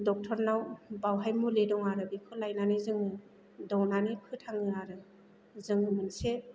डक्टरनाव बावहाय मुलि दं आरो बेखौ लानानै जोङो दौनानै फोथाङो आरो जों मोनसे